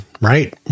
right